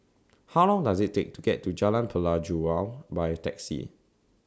How Long Does IT Take to get to Jalan Pelajau By Taxi